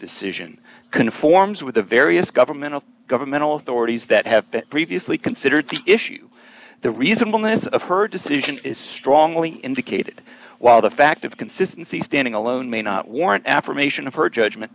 decision conforms with the various governmental governmental authorities that have previously considered the issue the reasonableness of her decision is strongly indicated while the fact of consistency standing alone may not warrant an affirmation of her judgment